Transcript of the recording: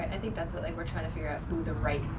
i think that's what like we're trying to figure out who the right